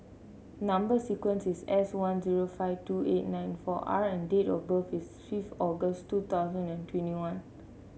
number sequence is S one zero five two eight nine four R and date of birth is fifth August two thousand and twenty one